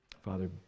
Father